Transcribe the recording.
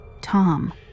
Tom